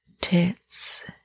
tits